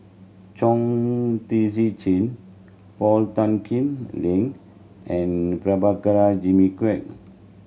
Chong Tze Chien Paul Tan Kim Lin and Prabhakara Jimmy Quek